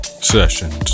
Sessions